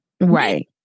Right